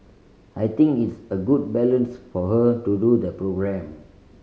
I think it's a good balance for her to do the programme